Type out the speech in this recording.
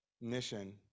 mission